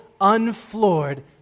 unfloored